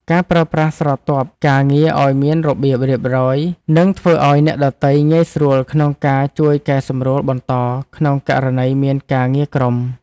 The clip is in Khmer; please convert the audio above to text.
ការប្រើប្រាស់ស្រទាប់ការងារឱ្យមានរបៀបរៀបរយនឹងធ្វើឱ្យអ្នកដទៃងាយស្រួលក្នុងការជួយកែសម្រួលបន្តក្នុងករណីមានការងារក្រុម។